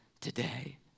today